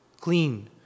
clean